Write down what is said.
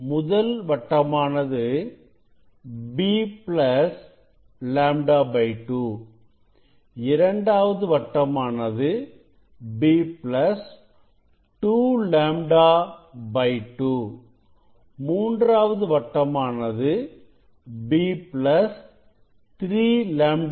முதல் வட்டமானது b λ 2 இரண்டாவது வட்டமானது b 2λ 2 மூன்றாவது வட்டமானது b 3λ 2